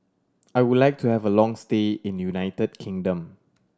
I would like to have a long stay in United Kingdom